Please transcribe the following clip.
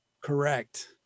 Correct